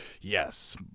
yes